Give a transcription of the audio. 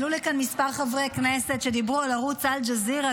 עלו לכאן כמה חברי כנסת שדיברו על ערוץ אל-ג'זירה